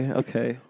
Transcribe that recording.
okay